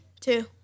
two